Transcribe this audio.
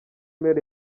mail